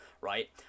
right